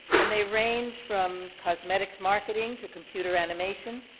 and they range from cosmetics marketing to computer animation,